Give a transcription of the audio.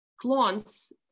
clones